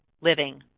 living